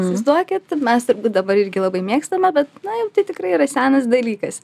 įsivaizduokit mes turbūt dabar irgi labai mėgstame bet na jau tai tikrai yra senas dalykas